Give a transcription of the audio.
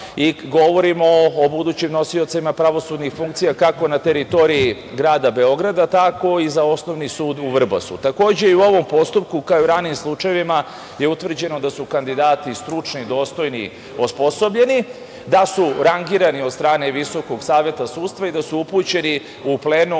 i govorimo o budućim nosiocima pravosudnih funkcija, kako na teritoriji grada Beograda, tako i za Osnovni sud u Vrbasu. Takođe i u ovom postupku, kao u ranijim slučajevima, je utvrđeno da su kandidati i stručni, dostojni i osposobljeni, da su rangirani od strane Visokog saveta sudstva i da su upućeni u plenum